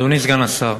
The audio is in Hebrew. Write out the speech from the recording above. אדוני סגן השר,